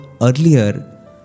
earlier